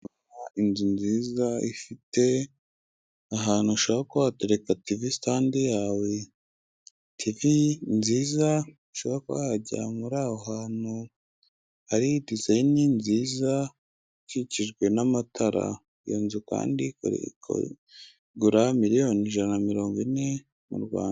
Inzu nziza ifite ahantu ushobora kuba watereka tivi sitandi yawe. Tivi nziza ushobora kuba wajya muri aho hantu hari dizayini nziza ikikijwe n'amatara. Iyo nzu kandi ikagura miliyoni ijana mirongo ine mu Rwanda.